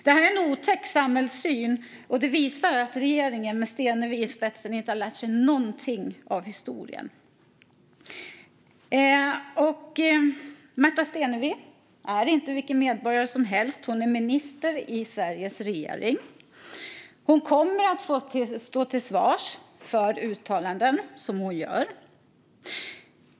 Det här är en otäck samhällssyn, och det visar att regeringen med Stenevi i spetsen inte har lärt sig någonting av historien. Märta Stenevi är inte vilken medborgare som helst. Hon är minister i Sveriges regering. Hon kommer att få stå till svars för uttalanden som hon gör.